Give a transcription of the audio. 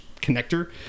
connector